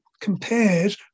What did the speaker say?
compared